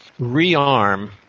rearm